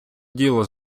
діло